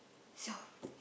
soft